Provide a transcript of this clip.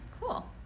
Cool